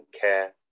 care